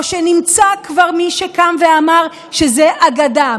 או שנמצא כבר מי שקם ואמר שזאת אגדה?